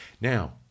now